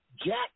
jack